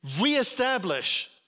reestablish